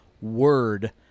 word